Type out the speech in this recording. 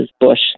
bush